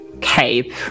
cape